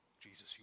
Jesus